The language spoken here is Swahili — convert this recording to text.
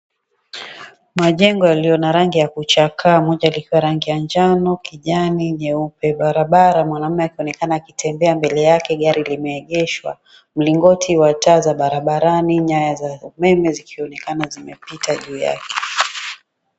Majengo yaliyo na rangi ya kuchakaa moja likiwa na rangi ya njano, kijani na nyeupe, barabara mwanaume anaonekana akitembea mbele yake gari limeegeshwa, mlingoti wa taa za barabarani nyaya za umeme zikionekana zikipita juu yake.